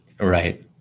Right